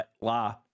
La